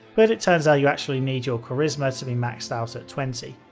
but it turns out you actually need your charisma to be maxed out at twenty.